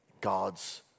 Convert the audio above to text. God's